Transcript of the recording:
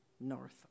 north